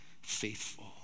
faithful